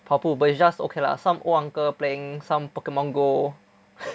跑步 but it's just okay lah some old uncle playing some Pokemon go